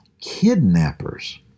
kidnappers